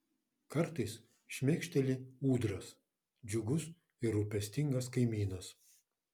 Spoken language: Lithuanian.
kartais šmėkšteli ūdras džiugus ir rūpestingas kaimynas